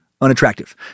unattractive